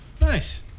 Nice